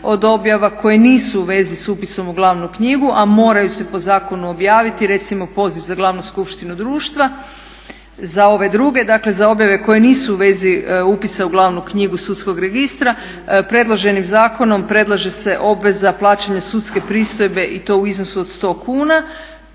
od objava koje nisu u vezi s upisom u glavnu knjigu, a moraju se po zakonu objaviti, recimo poziv za glavnu skupštinu društva za ove druge, dakle za objave koje nisu u vezi upisa u glavnu knjigu sudskog registra. Predloženim zakonom predlaže se obveza plaćanja sudske pristojbe i to u iznosu od 100 kuna,